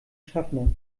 schaffner